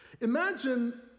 Imagine